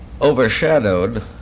overshadowed